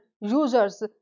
users